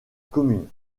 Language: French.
commune